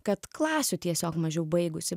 kad klasių tiesiog mažiau baigusi